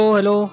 Hello